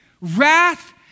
Wrath